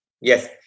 Yes